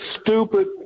stupid